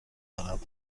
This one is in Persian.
دارم